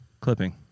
Clipping